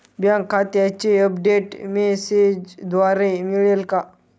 Bank खात्याचे update मेसेजद्वारे मिळेल का?